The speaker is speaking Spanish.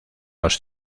los